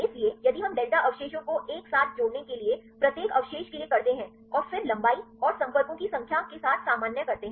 इसलिए यदि हम डेल्टा अवशेषों को एक साथ जोड़ने के लिए प्रत्येक अवशेष के लिए करते हैं और फिर लंबाई और संपर्कों की संख्या के साथ सामान्य करते हैं